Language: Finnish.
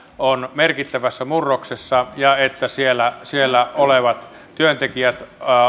on merkittävässä murroksessa ja että siellä olevat työntekijät